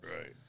Right